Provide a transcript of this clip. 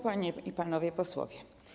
Panie i Panowie Posłowie!